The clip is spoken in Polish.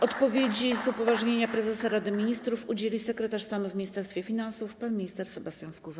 Odpowiedzi z upoważnienia prezesa Rady Ministrów udzieli sekretarz stanu w Ministerstwie Finansów pan minister Sebastian Skuza.